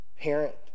parent